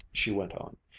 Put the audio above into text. she went on,